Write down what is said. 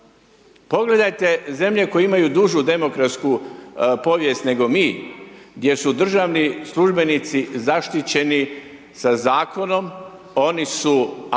Pogledajte zemlje koje imaju dužu demokratsku povijest nego mi, gdje su državni službenici zaštićeni sa Zakonom, oni su apolitični,